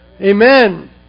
Amen